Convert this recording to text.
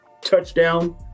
touchdown